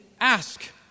ask